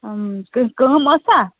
کیٚنٛہہ کٲم ٲسا